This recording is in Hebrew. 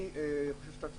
אני חושב שאתה צודק.